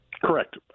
Correct